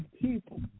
people